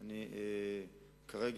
בשנת